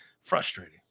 frustrating